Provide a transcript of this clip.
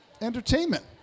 entertainment